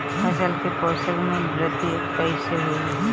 फसल के पोषक में वृद्धि कइसे होई?